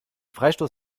freistoß